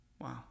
Wow